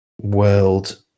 world